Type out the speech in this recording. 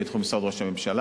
היא בתחום משרד ראש הממשלה,